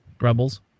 Rebels